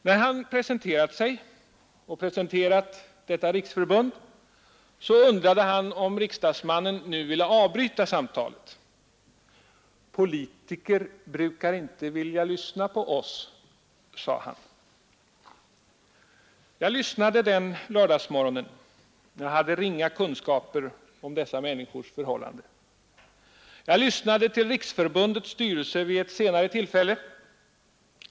När han presenterat sig och detta riksförbund undrade han om riksdagsmannen nu ville avbryta samtalet. — Politiker brukar inte vilja lyssna på oss, sade han. Jag lyssnade den lördagsmorgonen. Jag hade inga kunskaper om dessa människors förhållanden. Jag lyssnade till riksförbundets styrelse vid ett senare tillfälle.